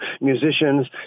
musicians